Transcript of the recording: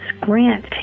Grant